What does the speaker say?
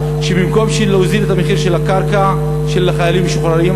שבמקום להוזיל את המחיר של הקרקע לחיילים משוחררים,